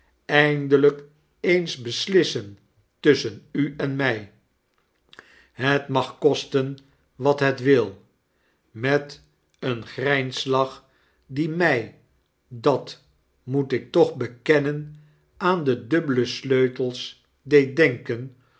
een onderdaanbeschermteindelpeensbeslissen tusschen u en mij het mag kosten wat het wil met een grynslach die my dat moet ik toch bekennen aan de dubbele sleutels deed denken